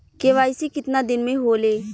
KYC कितना दिन में होले?